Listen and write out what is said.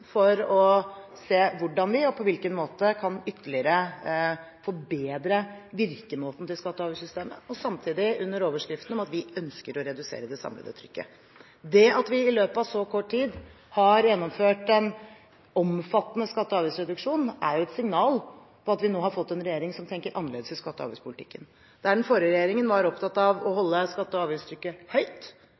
for å se på hvordan vi ytterligere kan forbedre virkemåten til skatte- og avgiftssystemet og samtidig under den overskrift at vi ønsker å redusere det samlede skatte- og avgiftstrykket. Det at vi i løpet av så kort tid har gjennomført en omfattende skatte- og avgiftsreduksjon, signaliserer at vi har fått en regjering som tenker annerledes i skatte- og avgiftspolitikken. Der den forrige regjeringen var opptatt av å holde skatte- og avgiftstrykket høyt,